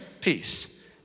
peace